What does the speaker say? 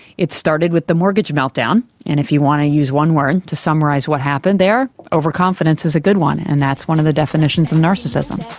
it started with the mortgage meltdown, and if you want to use one word to summarise what happened there, overconfidence is a good one, and that's one of the definitions of narcissism.